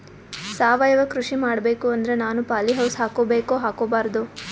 ಸಾವಯವ ಕೃಷಿ ಮಾಡಬೇಕು ಅಂದ್ರ ನಾನು ಪಾಲಿಹೌಸ್ ಹಾಕೋಬೇಕೊ ಹಾಕ್ಕೋಬಾರ್ದು?